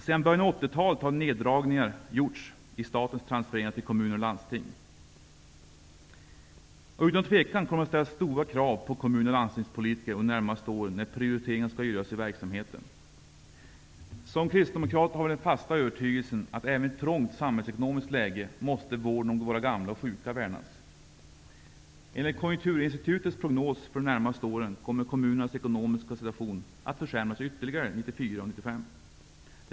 Sedan början av 80-talet har neddragningar gjorts i statens transfereringar till kommuner och landsting. Utan tvivel kommer det att ställas stora krav på kommun och landstingspolitiker under de närmaste åren när prioriteringar skall göras i verksamheten. Som kristdemokrater har vi den fasta övertygelsen, att även i ett trångt samhällsekonomiskt läge måste vården om våra gamla och sjuka värnas. Enligt Konjunkturinstitutets prognos för de närmaste åren kommer kommunernas ekonomiska situation att försämras ytterligare 1994 och 1995.